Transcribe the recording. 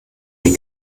den